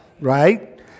right